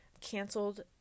canceled